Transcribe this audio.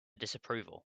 disapproval